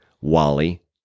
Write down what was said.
Wally